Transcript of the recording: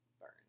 burn